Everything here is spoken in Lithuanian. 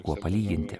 kuo palyginti